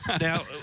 Now